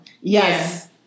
yes